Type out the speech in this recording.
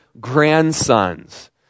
grandsons